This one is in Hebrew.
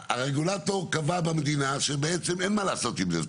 הרגולטור קבע במדינה שבעצם אין מה לעשות עם זה.